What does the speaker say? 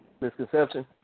Misconception